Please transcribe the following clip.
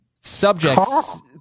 Subjects